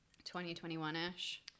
2021-ish